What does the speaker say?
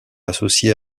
associée